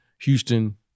Houston